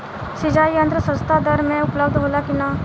सिंचाई यंत्र सस्ता दर में उपलब्ध होला कि न?